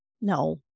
No